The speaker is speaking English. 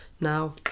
Now